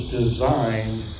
designed